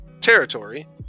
territory